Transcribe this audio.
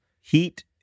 heat